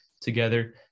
together